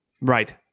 right